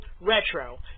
Retro